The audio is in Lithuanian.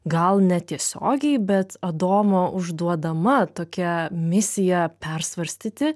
gal netiesiogiai bet adomo užduodama tokia misija persvarstyti